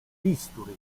bisturi